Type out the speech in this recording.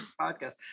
podcast